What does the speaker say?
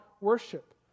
worship